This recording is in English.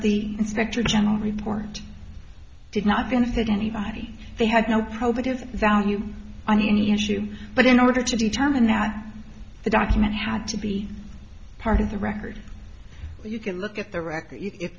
the inspector general report did not going to fit anybody they had no prob is value on any issue but in order to determine that the document had to be part of the record you can look at the